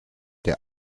der